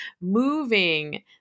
moving